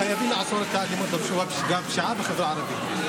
חייבים לעצור את האלימות והפשיעה בחברה הערבית.